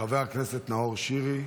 חבר הכנסת נאור שירי,